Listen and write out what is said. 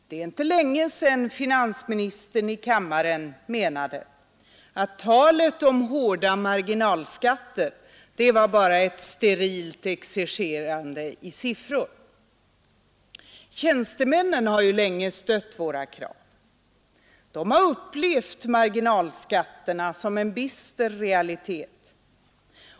Det är inte länge sedan som finansministern i kammaren menade att talet om hårda marginalskatter bara var ett sterilt exercerande med siffror. Tjänstemännen har ju länge stött våra krav. De har upplevt marginalskatterna som en bister realitet.